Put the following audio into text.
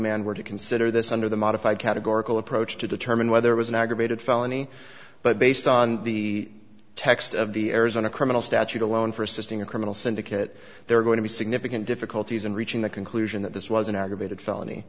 man were to consider this under the modified categorical approach to determine whether it was an aggravated felony but based on the text of the arizona criminal statute alone for assisting a criminal syndicate there are going to be significant difficulties in reaching the conclusion that this was an aggravated felony